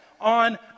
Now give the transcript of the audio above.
on